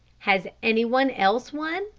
has any one else one?